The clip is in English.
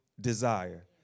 desire